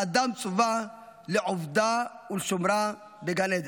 האדם צווה "לעבדה ולשומרה בגן עדן".